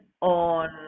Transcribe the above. on